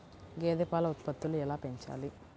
గేదె పాల ఉత్పత్తులు ఎలా పెంచాలి?